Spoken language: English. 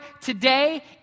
today